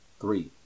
three